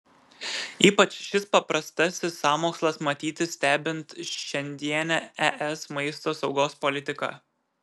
ypač šis paprastasis sąmokslas matyti stebint šiandienę es maisto saugos politiką